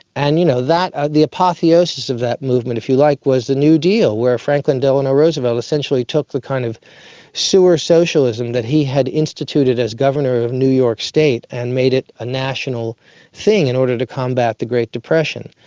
and you know the apotheosis of that movement, if you like, was the new deal where franklin delano roosevelt essentially took the kind of sewer socialism that he had instituted as governor of new york state and made it a national thing in order to combat the great depression.